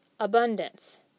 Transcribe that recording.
abundance